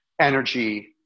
energy